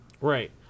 Right